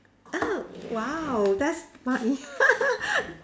oh !wow! that's